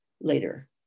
later